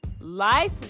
life